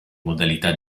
modalità